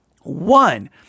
One